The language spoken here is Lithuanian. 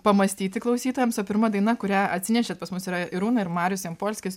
pamąstyti klausytojams o pirma daina kurią atsinešėt pas mus yra irūna marius jampolskis